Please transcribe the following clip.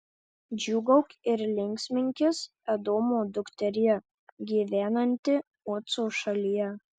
džiūgauk ir linksminkis edomo dukterie gyvenanti uco šalyje